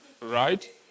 Right